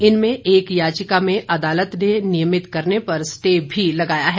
इनमें एक याचिका में अदालत ने नियमित करने पर स्टे भी लगाया है